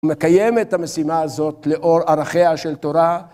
מקיים את המשימה הזאת לאור ערכיה של תורה.